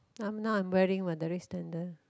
now I'm now wearing my the red sandal